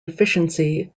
efficiency